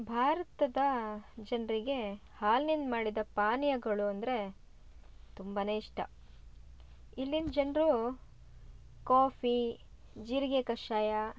ಭಾರತದ ಜನರಿಗೆ ಹಾಲ್ನಿಂದ ಮಾಡಿದ ಪಾನೀಯಗಳು ಅಂದರೆ ತುಂಬ ಇಷ್ಟ ಇಲ್ಲಿನ ಜನರು ಕಾಫೀ ಜೀರಿಗೆ ಕಷಾಯ